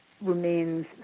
remains